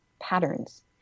patterns